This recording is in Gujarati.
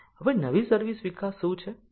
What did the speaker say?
હવે નવી સર્વિસ વિકાસ શું છે